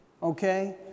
Okay